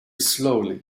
slowly